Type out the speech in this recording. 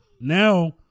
now